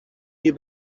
you